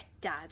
Dad